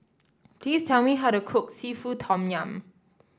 please tell me how to cook seafood Tom Yum